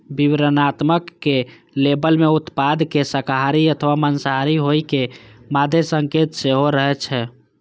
विवरणात्मक लेबल मे उत्पाद के शाकाहारी अथवा मांसाहारी होइ के मादे संकेत सेहो रहै छै